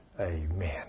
amen